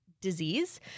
disease